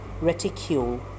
Reticule